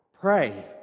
Pray